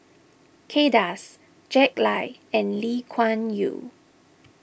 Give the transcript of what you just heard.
Kay Das Jack Lai and Lee Kuan Yew